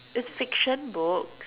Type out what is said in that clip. it's fiction books